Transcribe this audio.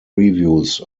reviews